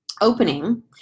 opening